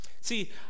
See